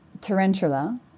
tarantula